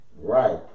Right